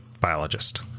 biologist